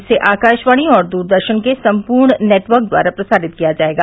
इसे आकाशवाणी और दरदर्शन के संपर्ण नेटवर्क द्वारा प्रसारित किया जायेगा